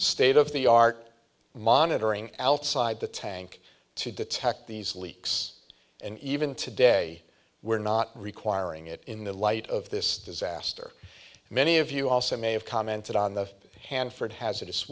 state of the art monitoring outside the tank to detect these leaks and even today we're not requiring it in the light of this disaster many of you also may have commented on the hanford hazardous